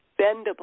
bendable